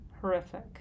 horrific